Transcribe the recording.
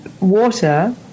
Water